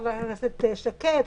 חברת הכנסת איילת שקד,